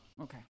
Okay